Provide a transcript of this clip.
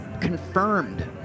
confirmed